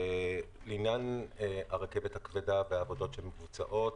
לעניין הרכבת הכבדה והעבודות שמבוצעות,